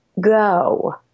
go